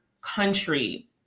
country